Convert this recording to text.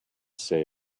say